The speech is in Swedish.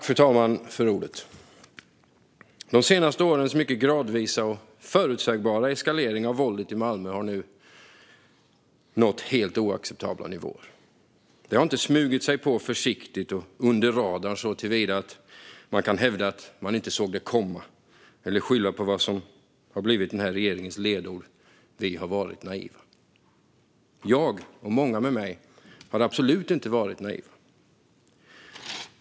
Fru talman! De senaste årens mycket gradvisa och förutsägbara eskalering av våldet i Malmö har nu nått helt oacceptabla nivåer. Det har inte smugit sig på försiktigt och under radarn såtillvida att man kan hävda att man inte såg det komma eller skylla på vad som blivit regeringens ledord: "Vi har varit naiva." Jag, och många med mig, har absolut inte varit naiva.